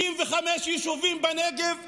35 יישובים בנגב,